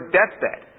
deathbed